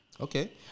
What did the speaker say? Okay